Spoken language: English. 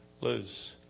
Lose